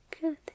Good